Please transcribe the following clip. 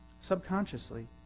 subconsciously